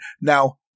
now